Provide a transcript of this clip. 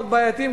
מאוד בעייתיים,